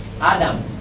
Adam